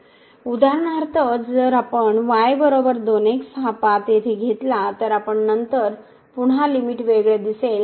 उदाहरणार्थ जर आपण y 2 x जर हा पाथ येथे घेतला तर आणि नंतर पुन्हा लिमिट वेगळे दिसेल